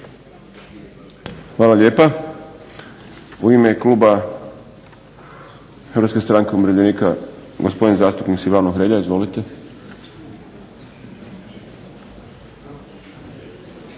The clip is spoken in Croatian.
Hvala lijepa. U ime kluba Hrvatske stranke umirovljenika gospodin zastupnik Silvano Hrelja. Izvolite.